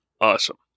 Awesome